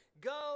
Go